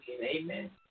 Amen